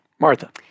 Martha